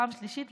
פעם שלישית,